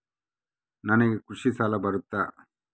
ನನಗೆ ಕೃಷಿ ಸಾಲ ಬರುತ್ತಾ?